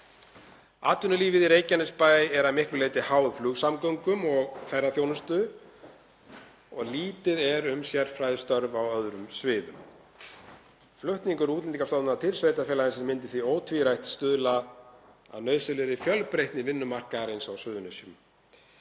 Atvinnulífið í Reykjanesbæ er að miklu leyti háð flugsamgöngum og ferðaþjónustu og lítið er um sérfræðistörf á öðrum sviðum. Flutningur Útlendingastofnunar til sveitarfélagsins myndi því ótvírætt fela í sér nauðsynlega fjölbreytni vinnumarkaðarins á Suðurnesjum.